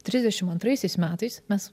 trisdešimt antraisiais metais mes